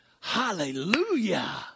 hallelujah